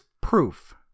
proof